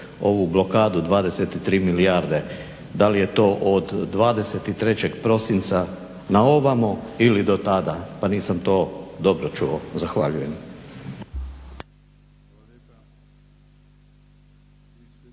ovu blokadu 23 milijarde. Da li je to od 23. prosinca na ovamo ili do tada, pa nisam to dobro čudo. Zahvaljujem.